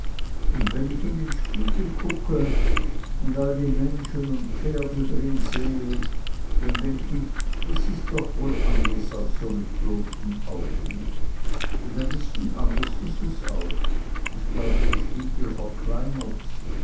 un wenn ich in den spiegel kucke und all die menschen und pferde drin sehe dann denk ich es is doch woll anders als so mit bloßen augen un ein bißchen anders is es auch ich glaube der spiegel verkleinert